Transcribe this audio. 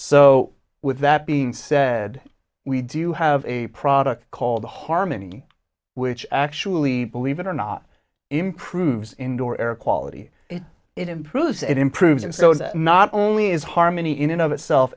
so with that being said we do have a product called harmony which actually believe it or not improves indoor air quality it improves it improves and so that not only is harmony in and of itself